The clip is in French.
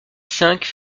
fait